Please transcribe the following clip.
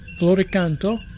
Floricanto